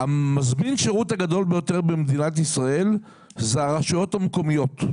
מזמין השירות הגדול ביותר במדינת ישראל אלה הן הרשויות המקומיות.